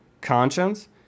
conscience